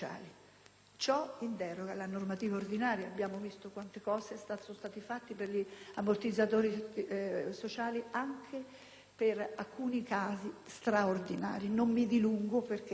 ciò in deroga alla normativa ordinaria. Abbiamo visto quanto è stato fatto per gli ammortizzatori sociali, anche per alcuni casi straordinari su cui non mi dilungo perché